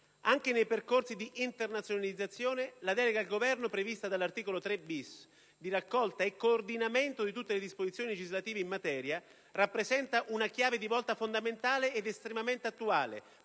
Anche nei percorsi di internazionalizzazione, la delega al Governo, prevista dall'articolo 3-*bis*, di raccolta e coordinamento di tutte le disposizioni legislative in materia, rappresenta una chiave di volta fondamentale ed estremamente attuale